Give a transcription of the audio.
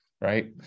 right